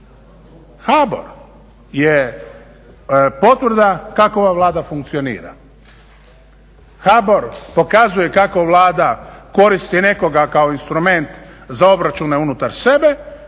HBOR je potvrda kako ova Vlada funkcionira. HBOR pokazuje kako Vlada koristi nekoga kao instrument za obračune unutar sebe,